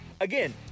again